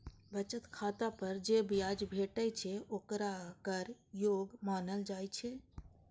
बचत खाता पर जे ब्याज भेटै छै, ओकरा कर योग्य मानल जाइ छै